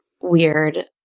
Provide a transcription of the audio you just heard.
weird